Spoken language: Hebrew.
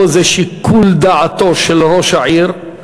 או שזה לשיקול דעתו של ראש העיר,